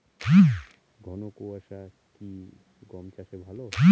ঘন কোয়াশা কি গম চাষে ভালো?